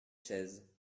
chaises